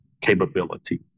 capability